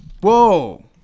Whoa